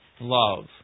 Love